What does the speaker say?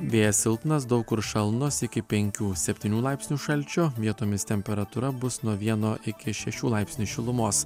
vėjas silpnas daug kur šalnos iki penkių septynių laipsnių šalčio vietomis temperatūra bus nuo vieno iki šešių laipsnių šilumos